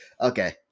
Okay